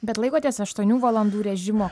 bet laikotės aštuonių valandų režimo